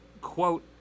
Quote